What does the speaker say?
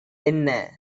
என்ன